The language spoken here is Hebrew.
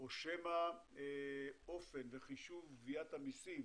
או שמא אופן וחישוב גביית המסים